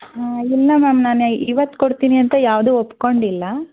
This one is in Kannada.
ಹಾಂ ಇಲ್ಲ ಮ್ಯಾಮ್ ನಾನಿವತ್ತು ಕೊಡ್ತೀನಿ ಅಂತ ಯಾವುದೂ ಒಪ್ಪಿಕೊಂಡಿಲ್ಲ